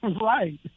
right